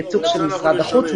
ייצוג של משרד החוץ,